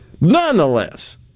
Nonetheless